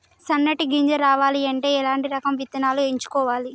సన్నటి గింజ రావాలి అంటే ఎలాంటి రకం విత్తనాలు ఎంచుకోవాలి?